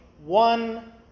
one